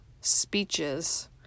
speeches